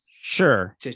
Sure